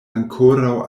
ankoraŭ